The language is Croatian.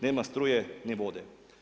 Nema struje niti vode.